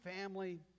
family